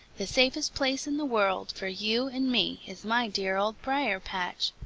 the safest place in the world for you and me is my dear old briar-patch,